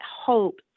hope